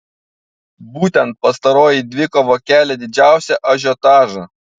būtent pastaroji dvikova kelia didžiausią ažiotažą